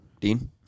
Dean